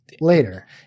later